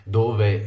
dove